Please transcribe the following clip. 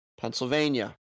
Pennsylvania